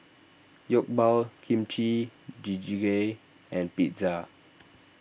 Jokbal Kimchi Jjigae and Pizza